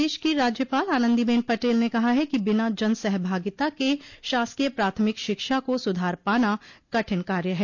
प्रदेश की राज्यपाल आनन्दीबेन पटेल ने कहा है कि बिना जन सहभागिता के शासकीय प्राथमिक शिक्षा को सुधार पाना कठिन कार्य है